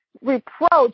Reproach